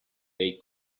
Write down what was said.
they